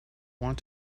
want